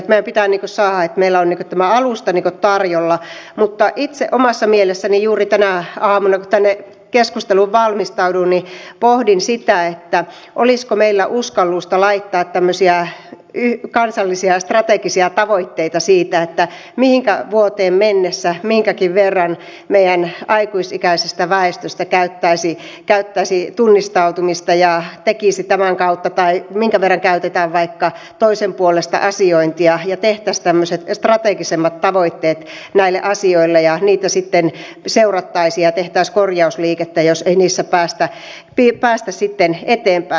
meidän pitää saada että meillä on tämä alusta tarjolla mutta itse omassa mielessäni juuri tänä aamuna kun tänne keskusteluun valmistauduin pohdin sitä olisiko meillä uskallusta laittaa tämmöisiä kansallisia ja strategisia tavoitteita siitä mihinkä vuoteen mennessä minkäkin verran meidän aikuisikäisestä väestöstämme käyttäisi tunnistautumista ja tekisi tämän kautta tai minkä verran käytetään vaikka toisen puolesta asiointia ja että tehtäisiin tämmöiset strategisemmat tavoitteet näille asioille ja niitä sitten seurattaisiin ja tehtäisiin korjausliikettä jos ei niissä päästä sitten eteenpäin